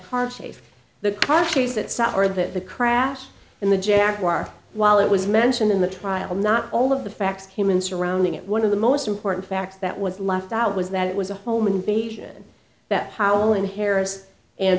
car chase the car chase that satmar that the crash in the jaguar while it was mentioned in the trial not all of the facts came in surrounding it one of the most important facts that was left out was that it was a home invasion that powell and harris and